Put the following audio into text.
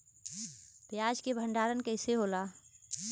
प्याज के भंडारन कइसे होला?